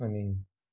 अनि